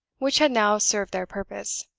which had now served their purpose,